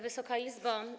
Wysoka Izbo!